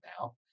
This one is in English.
now